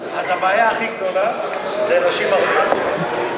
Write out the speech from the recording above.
והבעיה הכי גדולה היא נשים ערביות.